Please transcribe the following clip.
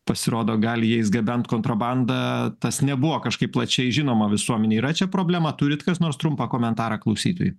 pasirodo gali jais gabent kontrabandą tas nebuvo kažkaip plačiai žinoma visuomenei yra čia problema turit kas nors trumpą komentarą klausytojui